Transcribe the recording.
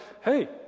hey